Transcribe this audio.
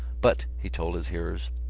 but, he told his hearers,